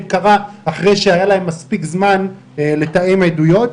קרה אחרי שהיה להם מספיק זמן לתאם עדויות.